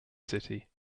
city